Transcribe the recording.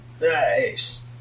Nice